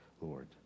Lord